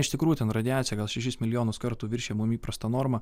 iš tikrųjų ten radiacija gal šešis milijonus kartų viršija mums įprastą normą